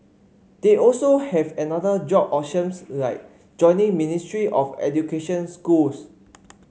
they also have another job options like joining Ministry of Education schools